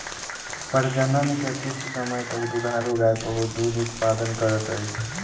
प्रजनन के किछ समय तक दुधारू गाय बहुत दूध उतपादन करैत अछि